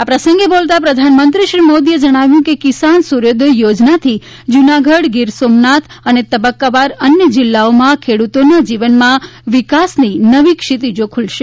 આ પ્રસંગે બોલતાં પ્રધાનમંત્રી શ્રી મોદીએ જણાવ્યું હતું કે કિસાન સુર્યોદય યોજનાથી જુનાગઢ ગીર સોમનાથ અને તબકકાવાર અન્ય જીલ્લાઓમાં ખેડુતોના જીવનમાં વિકાસની નવી ક્ષિતિજો ખુલશે